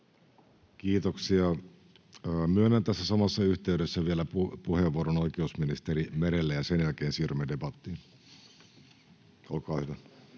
Kiitoksia. — Myönnän tässä samassa yhteydessä vielä puheenvuoron oikeusministeri Merelle, ja sen jälkeen siirrymme debattiin. — Olkaa hyvä.